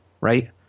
Right